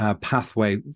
pathway